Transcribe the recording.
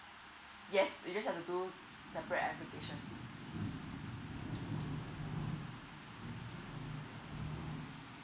yes you just have to do separate application